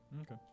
Okay